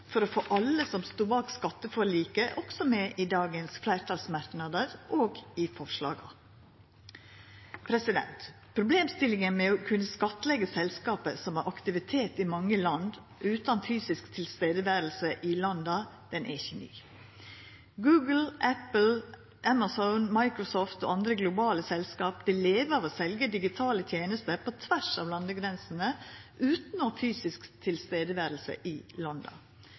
for også å få alle som stod bak skatteforliket, med i dagens fleirtalsmerknader og i forslaga. Problemstillinga med å kunna skattleggja selskap som har aktivitet i mange land utan å vera fysisk til stades i landa, er ikkje ny. Google, Apple, Amazone, Microsoft og andre globale selskap lever av å selja digitale tenester på tvers av landegrensene utan å vera fysisk til stades i landa.